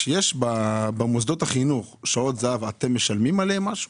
על משמרות הזהב במוסדות החינוך אתם משלמים משהו?